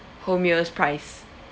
whole meal's price